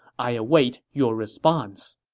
i await your response.